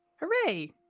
hooray